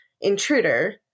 intruder